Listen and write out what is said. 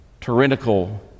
tyrannical